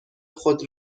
خود